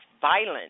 violence